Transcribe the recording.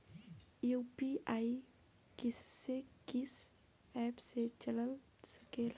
UPI किस्से कीस app से चल सकेला?